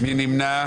מי נמנע?